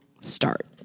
start